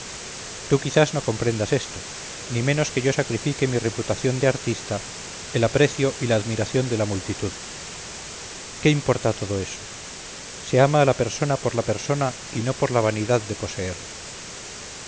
tú quizás no comprensas esto ni menos que yo sacrifique mi reputación de artista el aprecio y la admiración de la multitud qué importa todo eso se ama a la persona por la persona y no por la vanidad de poseerla